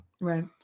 right